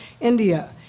India